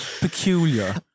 peculiar